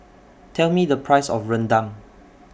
Tell Me The Price of Rendang